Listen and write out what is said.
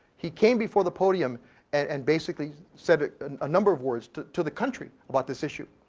he came before the podium and basically said and a number of words to to the country about this issue.